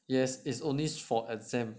yeah you got there before yes is only for exam